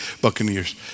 Buccaneers